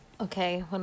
Okay